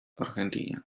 argentina